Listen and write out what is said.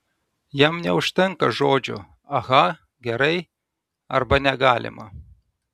jam neužtenka žodžio aha gerai arba negalima